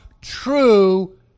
true